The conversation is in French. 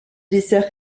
dessert